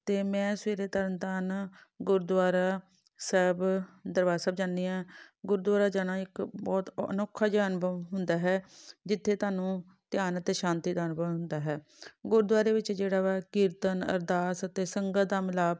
ਅਤੇ ਮੈਂ ਸਵੇਰੇ ਤਰਨਤਾਰਨ ਗੁਰਦੁਆਰਾ ਸਾਹਿਬ ਦਰਬਾਰ ਸਾਹਿਬ ਜਾਂਦੀ ਹਾਂ ਗੁਰਦੁਆਰਾ ਜਾਣਾ ਇੱਕ ਬਹੁਤ ਅ ਅਨੋਖਾ ਜਿਹਾ ਅਨੁਭਵ ਹੁੰਦਾ ਹੈ ਜਿੱਥੇ ਤੁਹਾਨੂੰ ਧਿਆਨ ਅਤੇ ਸ਼ਾਂਤੀ ਦਾ ਅਨੁਭਵ ਹੁੰਦਾ ਹੈ ਗੁਰਦੁਆਰੇ ਵਿੱਚ ਜਿਹੜਾ ਵਾ ਕੀਰਤਨ ਅਰਦਾਸ ਅਤੇ ਸੰਗਤ ਦਾ ਮਿਲਾਪ